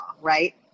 right